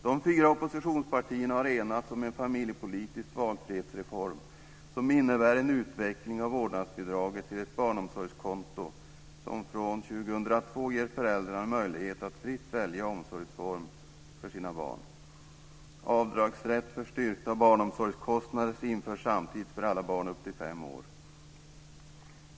De fyra oppositionspartierna har enats om en familjepolitisk valfrihetsreform som innebär en utveckling av vårdnadsbidraget till ett barnomsorgskonto, som från 2002 ger föräldrar möjlighet att fritt välja omsorgsform för sina barn. Avdragsrätt för styrkta barnomsorgskostnader införs samtidigt för alla barn upp till fem år.